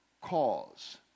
cause